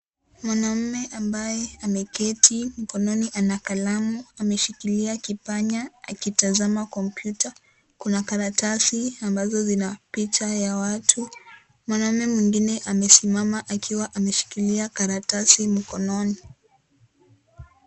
Mwanamme ambaye ameketi, mkononi kuna kalamu, ameshikilia kipanya akitazama komputa . Kuna karatasi ambazo zina picha ya watu, mwanamme mwingine amesimama akiwa ameshikilia karatasi mikononi.